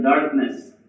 darkness